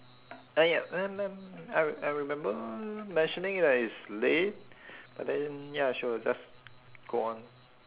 !aiya! um um I re~ I remember mentioning that it's late but then ya she will just go on